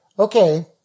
Okay